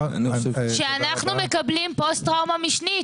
שאנחנו מקבלים פוסט טראומה משנית.